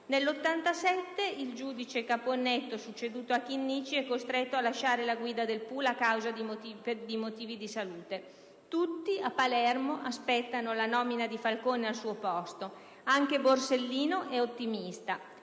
Nel 1987 il giudice Caponnetto, succeduto a Chinnici, è costretto a lasciare la guida del *pool* antimafia per motivi di salute. Tutti a Palermo aspettano la nomina di Falcone al suo posto, e anche Borsellino è ottimista.